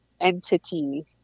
entity